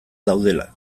daudela